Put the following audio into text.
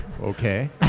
Okay